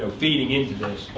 ah feeding into this,